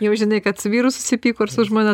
jau žinai kad su vyru susipyko ar su žmona